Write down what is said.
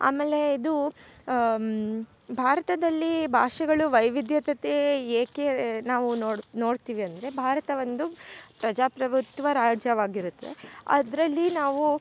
ಆಮೇಲೇ ಇದು ಭಾರತದಲ್ಲಿ ಭಾಷೆಗಳು ವೈವಿಧ್ಯತತೆ ಏಕೆ ನಾವು ನೋಡು ನೊಡ್ತೀವಿ ಅಂದರೆ ಭಾರತ ಒಂದು ಪ್ರಜಾಪ್ರಭುತ್ವ ರಾಜ್ಯವಾಗಿರುತ್ತೆ ಅದರಲ್ಲಿ ನಾವು